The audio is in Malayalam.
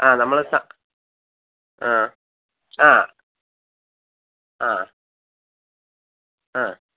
ആ നമ്മൾ സ ആ ആ ആ ആ